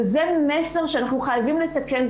וזה מסר שאנחנו חייבים לתקן.